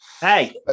Hey